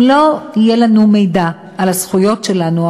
אם לא יהיה לנו מידע על הזכויות שלנו,